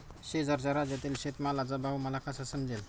शेजारच्या राज्यातील शेतमालाचा भाव मला कसा समजेल?